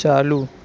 چالو